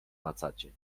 macacie